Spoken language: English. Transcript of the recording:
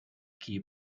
keep